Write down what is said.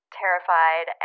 terrified